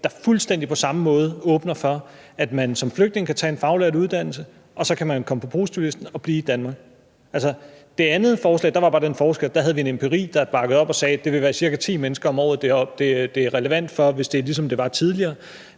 der fuldstændig på samme måde åbner for, at man som flygtning kan tage en faglært uddannelse, og så kan man komme på positivlisten og blive i Danmark. Altså, i forhold til det andet forslag var der bare den forskel, at der havde vi en empiri, der bakkede op og sagde: Det vil være cirka ti mennesker om året, som det er relevant for, hvis det er, ligesom det var tidligere.